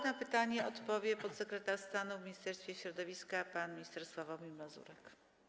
Na pytanie odpowie podsekretarz stanu w Ministerstwie Środowiska pan minister Sławomir Mazurek.